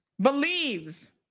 believes